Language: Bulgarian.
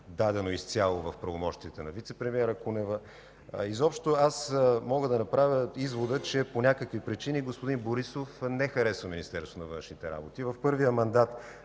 дадено изцяло в правомощията на вицепремиера Кунева. Изобщо аз мога да направя извода, че по някакви причини господин Борисов не харесва Министерство на